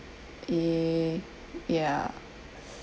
eh ya